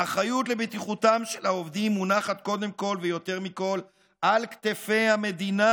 האחריות לבטיחותם של העובדים מונחת קודם כול ויותר מכול על כתפי המדינה,